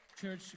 Church